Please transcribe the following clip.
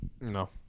No